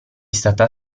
stata